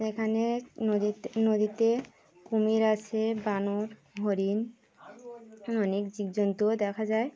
এখানে নদীতে নদীতে কুমির আছে বানর হরিণ অনেক জীব জন্তুও দেখা যায়